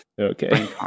Okay